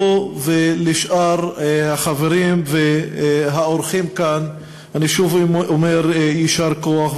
לו ולשאר החברים והאורחים כאן אני שוב אומר: יישר כוח,